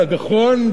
על הגחון,